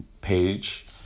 page